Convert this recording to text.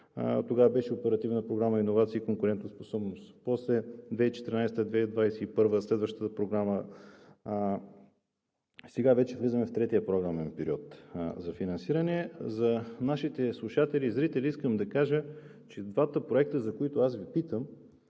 тогава беше Оперативна програма „Иновации и конкурентоспособност“, после 2014 – 2021 г. е следващата програма, сега вече влизаме в третия програмен период за финансиране. За нашите слушатели и зрители искам да кажа, че двата проекта, за които аз Ви питам,